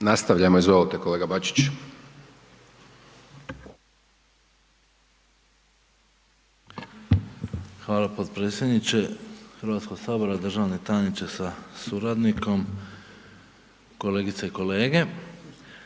Nastavljamo, izvolite kolega Bačić. **Babić, Ante (HDZ)** Hvala potpredsjedniče Hrvatskoga sabora, državni tajniče sa suradnikom, kolegice i kolege.